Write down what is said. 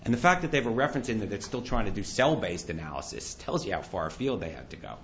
and the fact that they were referenced in that they're still trying to do cell based analysis tells you how far afield they had to go